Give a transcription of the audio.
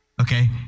Okay